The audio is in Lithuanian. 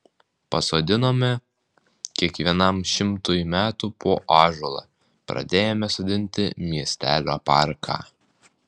pasodinome kiekvienam šimtui metų po ąžuolą pradėjome sodinti miestelio parką